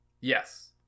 Yes